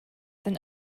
than